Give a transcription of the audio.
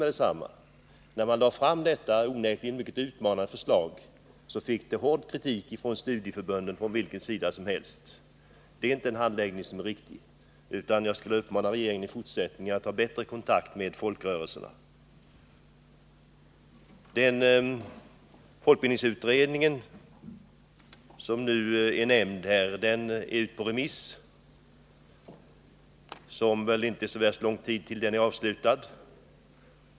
Genast när regeringen lade fram detta onekligen mycket utmanande förslag fick det hård kritik från studieförbund på alla sidor. Det har inte varit en riktig handläggning av ärendet. Jag skulle vilja uppmana regeringen att i fortsättningen ta bättre kontakt med folkrörelserna. Folkbildningsutredningens förslag, som är nämnt här, är nu ute på remiss, och remisstiden är snart avslutad.